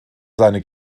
seine